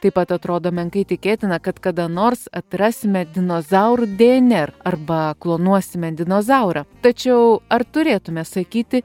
taip pat atrodo menkai tikėtina kad kada nors atrasime dinozaurų dnr arba klonuosime dinozaurą tačiau ar turėtume sakyti